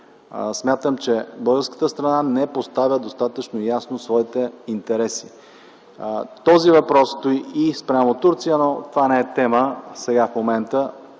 смятам, че българската страна не поставя достатъчно ясно своите интереси. Този въпрос стои и спрямо Турция, но това не е тема в момента,